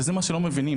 וזה מה שלא מבינים.